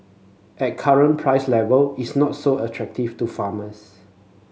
at current price level it's not so attractive to farmers